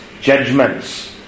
judgments